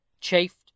chafed